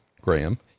Graham